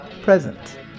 present